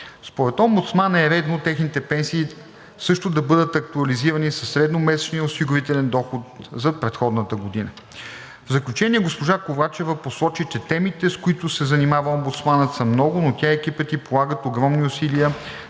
Според омбудсмана е редно техните пенсии също да бъдат актуализирани със средномесечния осигурителен доход за предходната година. В заключение госпожа Ковачева посочи, че темите, с които се занимава омбудсманът, са много, но тя и екипът ѝ полагат огромни усилия